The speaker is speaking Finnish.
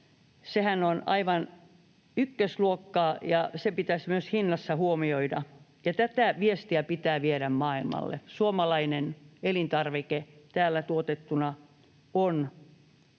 Sehän on aivan ykkösluokkaa, ja se pitäisi myös hinnassa huomioida, ja tätä viestiä pitää viedä maailmalle. Suomalainen elintarvike täällä tuotettuna on